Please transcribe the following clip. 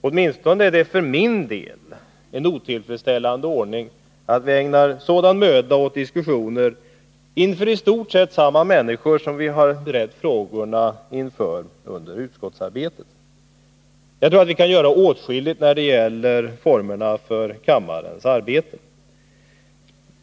Åtminstone är det för min del en otillfredsställande ordning att vi ägnar sådan möda åt diskussioner inför i stort sett samma människor som vi har berett frågorna inför under utskottsarbetet. Jag tror att vi kan göra åtskilligt när det gäller formerna för kammarens arbete.